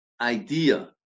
idea